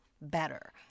better